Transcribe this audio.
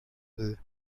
will